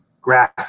grass